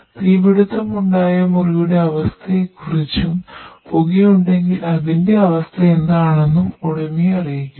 തീപിടിത്തമുണ്ടായ മുറിയുടെ അവസ്ഥയെക്കുറിച്ചും പുകയുണ്ടെങ്കിൽ അതിന്റെ അവസ്ഥ എന്താണെന്നും ഉടമയെ അറിയിക്കുന്നു